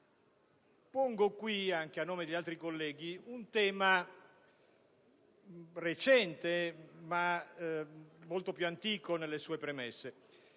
pongo, anche a nome di altri colleghi, un tema recente, ma molto più antico nelle sue premesse,